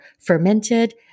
fermented